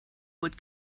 would